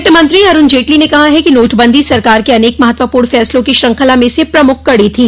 वित्त मंत्री अरुण जेटली ने कहा है कि नोटबंदी सरकार के अनेक महत्वपूर्ण फैसलों की श्रृंखला में से प्रमुख कड़ी थी